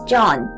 John